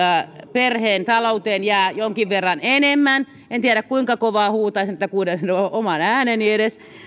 perheen talouteen jää jonkin verran enemmän en tiedä kuinka kovaa huutaisin että kuulisin oman ääneni edes